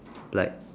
like